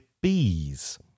bees